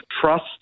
Trust